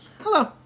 Hello